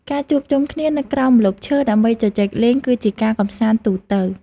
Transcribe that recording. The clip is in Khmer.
ការជួបជុំគ្នានៅក្រោមម្លប់ឈើដើម្បីជជែកលេង គឺជាការកម្សាន្តទូទៅ។